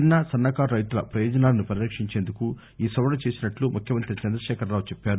చిన్న సన్నకారు రైతుల ప్రపయోజనాలను పరిరక్షించేందుకు ఈ సవరణ చేసినట్లు ముఖ్యమంత్రి చంద్రదశేఖరరావు చెప్పారు